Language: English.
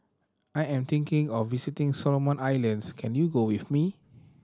I am thinking of visiting Solomon Islands can you go with me